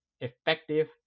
effective